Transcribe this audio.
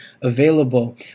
available